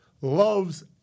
Loves